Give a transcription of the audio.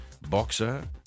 boxer